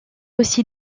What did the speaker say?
aussi